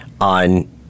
on